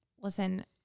listen